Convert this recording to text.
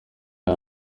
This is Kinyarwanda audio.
iya